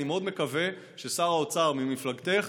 אני מאוד מקווה ששר האוצר ממפלגתך